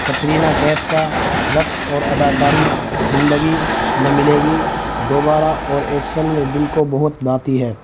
کٹرینہ کیف کا رقص اور اداکاری زندگی نہ ملے گی دوبارہ اور ایکسل میں دل کو بہت بھاتی ہے